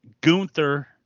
Gunther